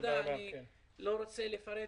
אנחנו לא רוצים שיגידו